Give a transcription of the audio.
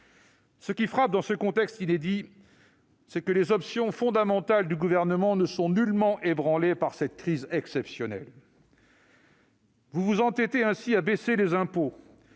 Ce qui frappe, dans ce contexte inédit, c'est que les options fondamentales du Gouvernement ne sont nullement ébranlées par cette crise exceptionnelle. Vous vous entêtez ainsi, monsieur le ministre,